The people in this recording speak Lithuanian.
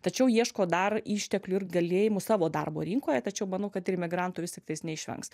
tačiau ieško dar išteklių ir galėjimų savo darbo rinkoje tačiau manau kad imigrantų vis tiktais neišvengs